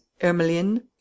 ermeline